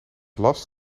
last